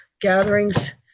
gatherings